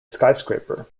skyscraper